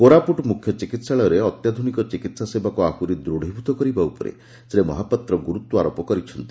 କୋରାପ୍ରଟ ମ୍ରଖ୍ୟ ଚିକିହାଳୟରେ ଅତ୍ୟାଧୁନିକ ଚିକିହା ସେବାକୁ ଆହୁରି ଦୃତୀଭୂତ କରିବା ଉପରେ ଶ୍ରୀ ମହାପାତ୍ର ଗୁରୁତ୍ୱାରୋପ କରିଥିଲେ